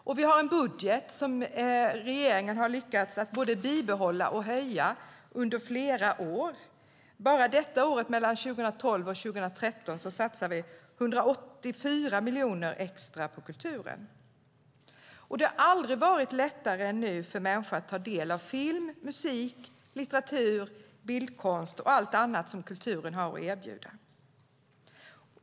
Budgetar inom kulturområdet har regeringen lyckats att både bibehålla och öka under flera år. Bara mellan 2012 och 2013 satsas det 184 miljoner extra på kulturen. Det har aldrig varit lättare än nu för människor att ta del av film, musik, litteratur, bildkonst och allt annat som kulturen har att erbjuda.